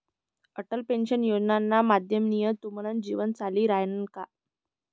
Atal pension योजनाना माध्यमथीन तुमनं जीवन चाली रायनं का?